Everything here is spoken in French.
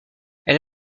elle